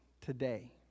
Today